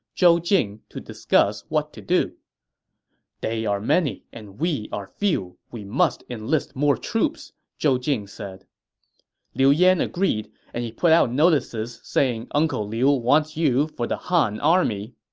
zhou jing, to discuss what to do they are many and we are few. we must enlist more troops, zhou jing said liu yan agreed, and he put out notices saying uncle liu wants you for the han army